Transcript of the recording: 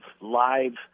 live